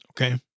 Okay